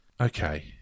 Okay